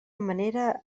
manera